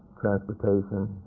transportation.